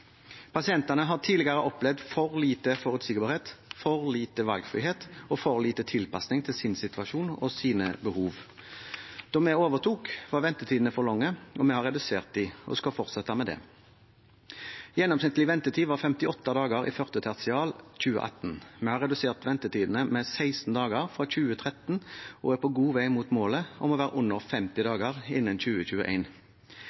Pasientene har tidligere opplevd for lite forutsigbarhet, for lite valgfrihet og for lite tilpasning til sin situasjon og sine behov. Da vi overtok, var ventetidene for lange. Vi har redusert dem og skal fortsette med det. Gjennomsnittlig ventetid var 58 dager i første tertial 2018. Vi har redusert ventetidene med 16 dager fra 2013, og er på god vei mot målet om å være under 50